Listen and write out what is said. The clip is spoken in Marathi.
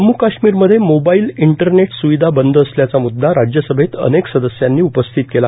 जम्म् काश्मीरमध्ये मोबाईल इंटरनेट सुविधा बंद असल्याचा मुददा राज्यसभेत अनेक सदस्यांनी उपस्थित केला